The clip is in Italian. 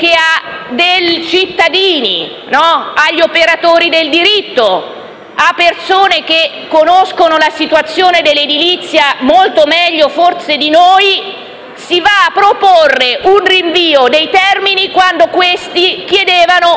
che a dei cittadini, agli operatori del diritto, a persone che conoscono la situazione dell'edilizia forse molto meglio di noi, si proponga un rinvio dei termini quando invece chiedono